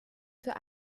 für